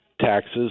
taxes